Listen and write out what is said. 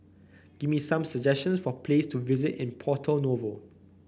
give me some suggestions for places to visit in Porto Novo